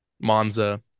Monza